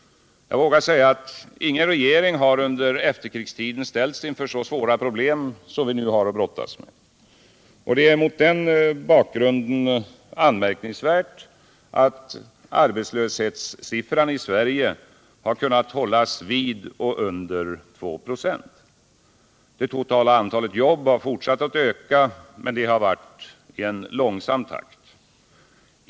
Jag vågar säga att ingen regering under efterkrigstiden har ställts inför så svåra problem som vi nu har att brottas med. Det är mot den bakgrunden anmärkningsvärt att arbetslöshetssiffran i Sverige kunnat hållas vid och under 2 26. Det totala antalet jobb har fortsatt att öka, men det har varit i en långsam takt.